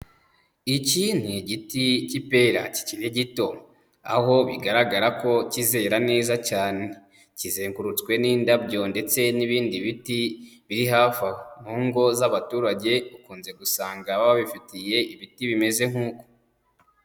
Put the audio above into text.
Iki ni igiti cy'ipera kikiri gito, aho bigaragara ko kizera neza cyane, kizengurutswe n'indabyo ndetse n'ibindi biti biri hafi aho, mu ngo z'abaturage ukunze gusanga baba bifitiye ibiti bimeze nkuko.